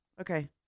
okay